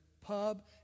pub